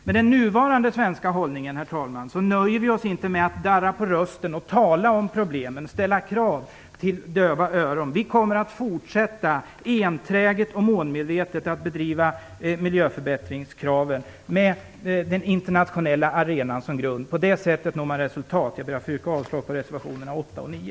Med den nuvarande svenska hållningen nöjer vi oss inte med att darra på rösten och tala om problemen och framföra krav till döva öron. Vi kommer enträget och målmedvetet att fortsätta att driva miljöförbättringskraven med den internationella arenan som grund. På det sättet når man resultat. Jag yrkar avslag på reservationerna 8 och 9.